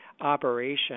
operation